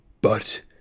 But